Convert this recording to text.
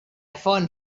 found